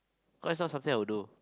not is not something I will do